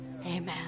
Amen